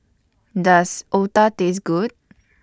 Does Otah Taste Good